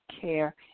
Care